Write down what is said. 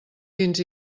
fins